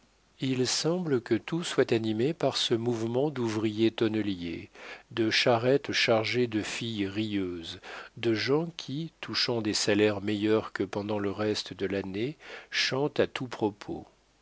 il semble que tout soit animé par ce mouvement d'ouvriers tonneliers de charrettes chargées de filles rieuses de gens qui touchant des salaires meilleurs que pendant le reste de l'année chantent à tous propos